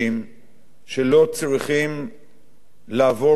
שלא צריכים לעבור ללא בדיקה,